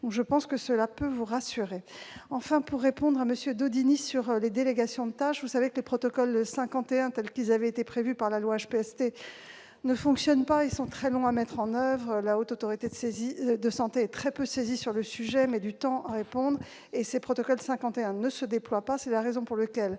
des bénéfices. Je souhaite enfin répondre à M. Daudigny sur les délégations de tâches. Vous le savez, les « protocoles 51 » tels qu'ils avaient été prévus par la loi HPST ne fonctionnent pas. Ils sont très longs à mettre en oeuvre. La Haute Autorité de santé est très peu saisie sur le sujet et met du temps à répondre. Ces protocoles ne se déploient pas. C'est la raison pour laquelle